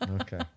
Okay